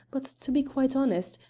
but to be quite honest,